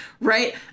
Right